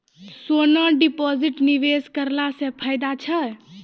सोना deposit निवेश करला से फैदा छै?